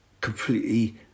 completely